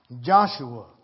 Joshua